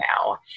now